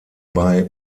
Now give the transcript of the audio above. bei